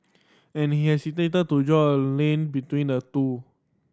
and he is hesitant to draw a link between the two